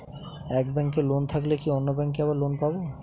এক ব্যাঙ্কে লোন থাকলে কি অন্য ব্যাঙ্কে আবার লোন পাব?